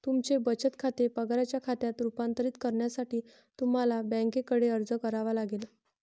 तुमचे बचत खाते पगाराच्या खात्यात रूपांतरित करण्यासाठी तुम्हाला बँकेकडे अर्ज करावा लागेल